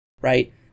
Right